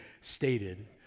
stated